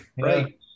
Right